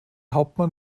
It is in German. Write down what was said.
hauptmann